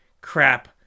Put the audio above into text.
Crap